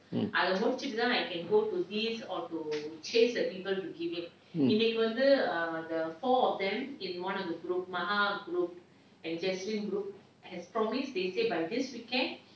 mm mm